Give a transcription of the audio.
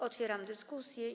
Otwieram dyskusję.